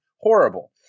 Horrible